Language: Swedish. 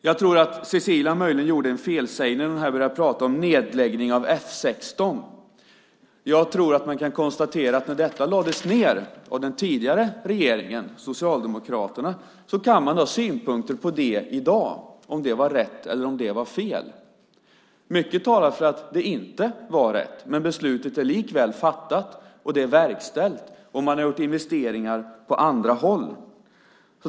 Jag tror att Cecilia möjligen gjorde en felsägning när hon började prata om nedläggning av F 16. Jag tror att man kan konstatera följande: Detta lades ned av den tidigare regeringen och Socialdemokraterna, och man kan ha synpunkter i dag på om det var rätt eller om det var fel. Mycket talar för att det inte var rätt, men beslutet är likväl fattat, det är verkställt, och man har gjort investeringar på andra håll.